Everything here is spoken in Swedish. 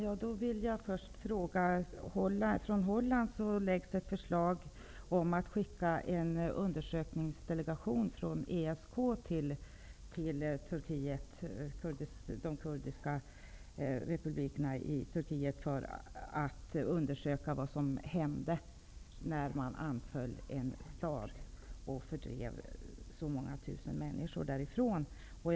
Fru talman! Från Holland har lagts fram ett förslag om att skicka en undersökningsdelegation från ESK till de kurdiska republikerna i Turkiet, för att undersöka vad som hände när en stad anfölls och så många tusen människor fördrevs därifrån.